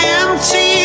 empty